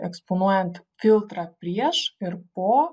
eksponuojant filtrą prieš ir po